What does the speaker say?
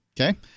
Okay